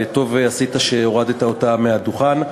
וטוב עשית שהורדת אותה מהדוכן,